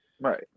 Right